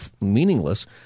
meaningless